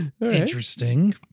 Interesting